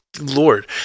Lord